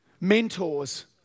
mentors